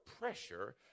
pressure